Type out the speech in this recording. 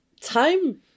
time